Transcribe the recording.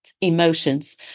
emotions